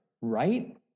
right